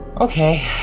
Okay